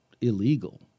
illegal